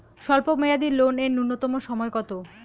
স্বল্প মেয়াদী লোন এর নূন্যতম সময় কতো?